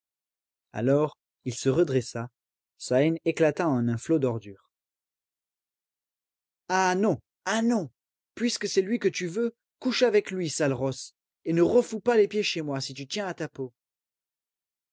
alors il se redressa sa haine éclata en un flot d'ordures ah non ah non puisque c'est lui que tu veux couche avec lui sale rosse et ne refous pas les pieds chez moi si tu tiens à ta peau